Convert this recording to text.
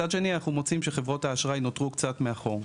מצד שני אנחנו מוצאים שחברות האשראי נותרו קצת מאחור.